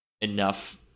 enough